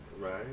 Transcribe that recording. Right